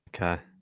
Okay